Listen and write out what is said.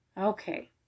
Okay